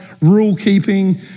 rule-keeping